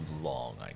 long